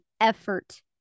effort